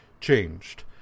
changed